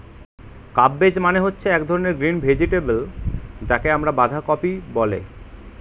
cabbage মানে হচ্ছে এক ধরনের গ্রিন ভেজিটেবল যাকে আমরা বাঁধাকপি বলে